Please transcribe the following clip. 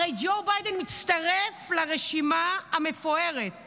הרי ג'ו ביידן מצטרף לרשימה המפוארת